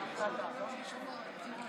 תן לה לשבת שם.